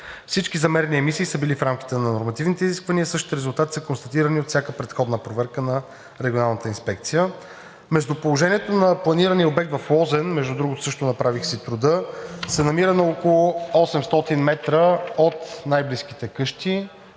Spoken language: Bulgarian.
Всички замерени емисии са били в рамките на нормативните изисквания. Същите резултати са констатирани и от всяка предходна проверка на Регионалната инспекция. Местоположението на планирания обект в Лозен, също направих си труда, се намира на около 800 метра от най-близките къщи